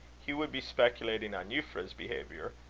he would be speculating on euphra's behaviour,